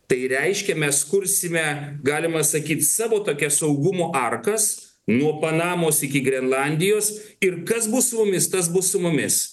tai reiškia mes kursime galima sakyt savo tokias saugumo arkas nuo panamos iki grenlandijos ir kas bus su mumis tas bus su mumis